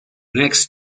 next